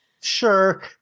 Sure